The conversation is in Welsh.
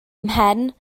mhen